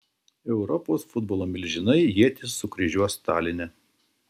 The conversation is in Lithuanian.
europos futbolo milžinai ietis sukryžiuos taline